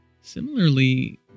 Similarly